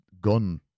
gone